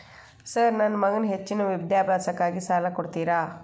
Sir ನನ್ನ ಮಗನ ಹೆಚ್ಚಿನ ವಿದ್ಯಾಭ್ಯಾಸಕ್ಕಾಗಿ ಸಾಲ ಕೊಡ್ತಿರಿ?